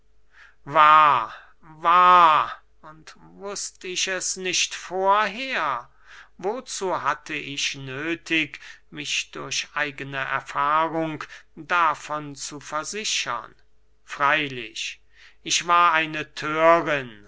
und wußt ich es nicht vorher wozu hatte ich nöthig mich durch eigene erfahrung davon zu versichern freylich ich war eine